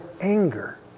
anger